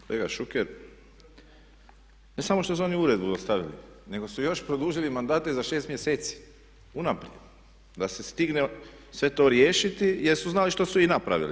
Kolega Šuker, ne samo što su oni uredbu dostavili, nego su još produžili mandate za 6 mjeseci unaprijed da se stigne sve to riješiti jer su znali što su i napravili.